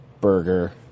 burger